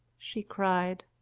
she cried.